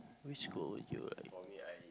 which school you are